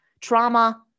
trauma